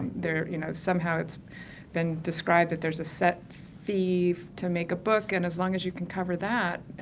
there you know somehow it's been described that there's a set fee to make a book and as long as you can cover that,